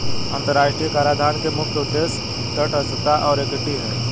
अंतर्राष्ट्रीय कराधान के मुख्य उद्देश्य तटस्थता और इक्विटी हैं